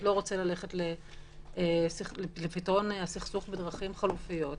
לא רוצה ללכת לפתרון הסכסוך בדרכים חלופיות,